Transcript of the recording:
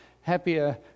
happier